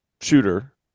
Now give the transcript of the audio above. shooter